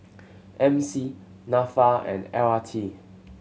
M C Nafa and L R T